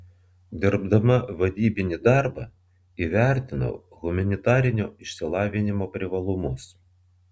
dirbdama vadybinį darbą įvertinau humanitarinio išsilavinimo privalumus